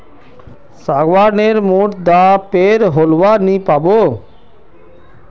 सागवान नेर मोटा डा पेर होलवा नी पाबो